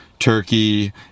Turkey